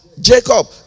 Jacob